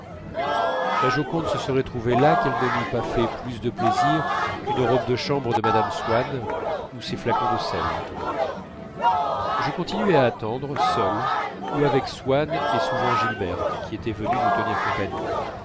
la joconde se serait trouvée là qu'elle ne m'eût pas fait plus de plaisir qu'une robe de chambre de mme swann ou ses flacons de sel je continuais à attendre seul ou avec swann et souvent gilberte qui était venue nous tenir compagnie